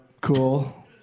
cool